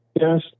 Yes